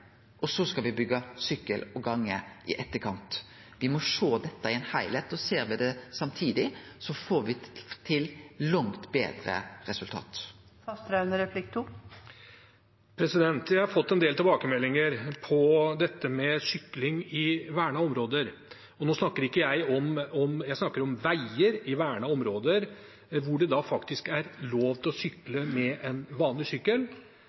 og så skal me byggje gang- og sykkelveg i etterkant. Me må sjå dette i ein heilskap, og ser me det samtidig, får me til eit langt betre resultat. Jeg har fått en del tilbakemeldinger på sykling i vernede områder, og da snakker jeg om veier i vernede områder hvor det faktisk er lov til å sykle med vanlig sykkel,